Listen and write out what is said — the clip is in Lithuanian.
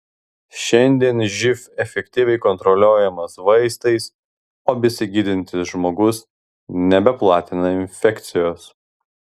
šiandien živ efektyviai kontroliuojamas vaistais o besigydantis žmogus nebeplatina infekcijos